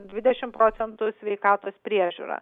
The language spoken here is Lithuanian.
dvidešimt procentų sveikatos priežiūra